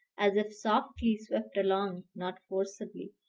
as if softly swept along, not forcibly,